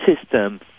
system